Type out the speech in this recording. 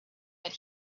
but